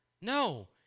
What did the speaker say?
No